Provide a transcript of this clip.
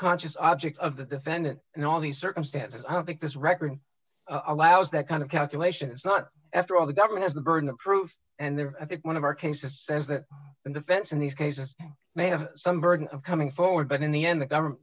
conscious object of the defendant in all these circumstances i think this record allows that kind of calculation is not after all the government has the burden of proof and there i think one of our cases says that the defense in these cases may have some burden of coming forward but in the end the government